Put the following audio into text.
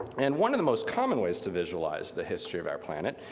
and one of the most common ways to visualize the history of our planet,